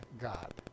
God